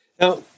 Now